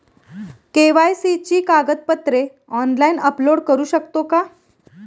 KYC ची कागदपत्रे online upload करू शकतो का?